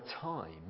time